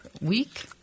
week